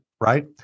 Right